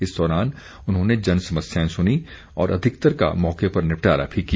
इस दौरान उन्होंने जनसमस्याएं सुनीं और अधिकतर का मौके पर निपटारा भी किया